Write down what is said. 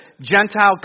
Gentile